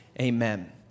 amen